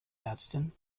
ärztin